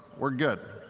we're good.